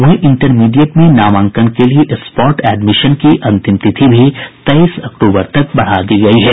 वहीं इंटरमीडिएट में नामांकन के लिए स्पॉट एडमिशन की अंतिम तिथि भी तेईस अक्टूबर तक बढ़ा दी गयी है